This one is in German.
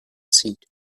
zieht